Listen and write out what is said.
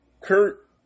Kurt